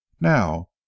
Now